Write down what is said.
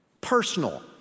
personal